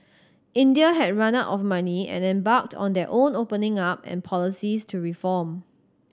India had run out of money and embarked on their own opening up and policies to reform